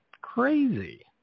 crazy